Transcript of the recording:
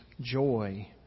joy